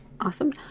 Awesome